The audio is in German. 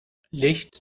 licht